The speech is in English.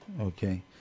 Okay